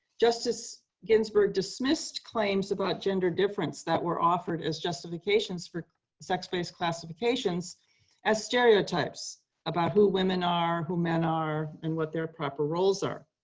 justice ginsburg dismissed claims about gender difference that were offered as justifications for sex-based classifications as stereotypes about who women are, who men are, and what their proper roles are.